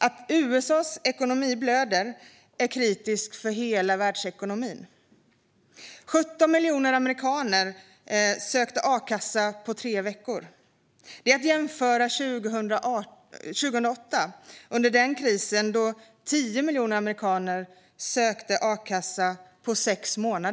Att USA:s ekonomi blöder är kritiskt för hela världsekonomin. På tre veckor sökte 17 miljoner amerikaner a-kassa. Det kan jämföras med krisen 2008 då 10 miljoner amerikaner på sex månader sökte a-kassa.